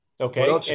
Okay